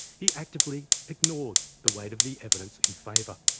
he actively ignored the weight of the evidence in favour.